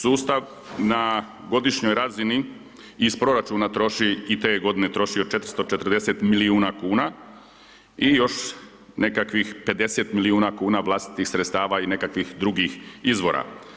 Sustav na godišnjoj razini iz proračuna troši i te godine je trošio 440 milijuna kuna i još nekakvih 50 milijuna vlastitih sredstava i nekakvih drugih izvora.